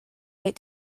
wait